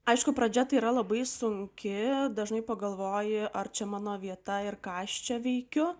aišku pradžia yra labai sunki dažnai pagalvoji ar čia mano vieta ir ką aš čia veikiu